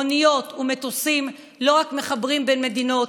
אוניות ומטוסים לא רק מחברים בין מדינות,